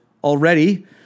already